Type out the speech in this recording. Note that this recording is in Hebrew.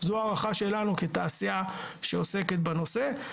זו הערכה שלנו כתעשייה שעוסקת בנושא.